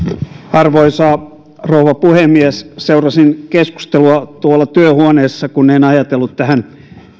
arvoisa rouva puhemies seurasin keskustelua tuolla työhuoneessa kun en ajatellut tähän